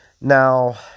Now